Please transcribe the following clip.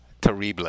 terrible